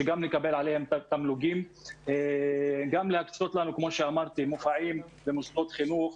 שגם נקבל עליהם תמלוגים; גם להקצות לנו מופעים במוסדות חינוך,